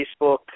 Facebook